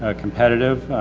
ah competitive